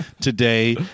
today